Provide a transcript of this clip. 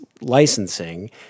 licensing